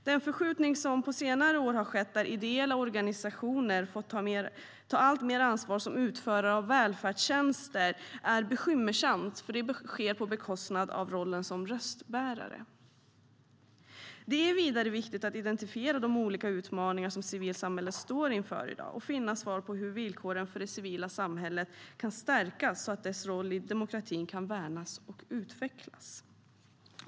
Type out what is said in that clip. Den förskjutning som på senare år har skett där ideella organisationer har fått ta alltmer ansvar som utförare av välfärdstjänster är bekymmersam eftersom det sker på bekostnad av rollen som röstbärare. Det är vidare viktigt att identifiera de olika utmaningar som civilsamhället står inför och finna svar på hur villkoren för det civila samhället kan stärkas så att dess roll i demokratin kan värnas och utvecklas.